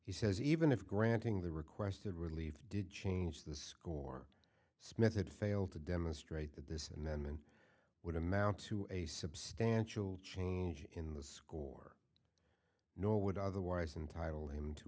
he says even if granting the requested relief did change the score smith had failed to demonstrate that this and then would amount to a substantial change in the score nor would otherwise entitle him to